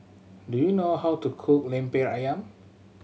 do you know how to cook Lemper Ayam